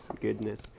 goodness